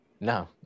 No